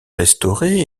restaurée